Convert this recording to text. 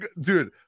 Dude